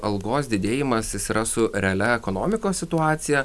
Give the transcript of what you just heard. algos didėjimas jis yra su realia ekonomikos situacija